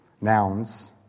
nouns